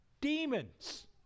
demons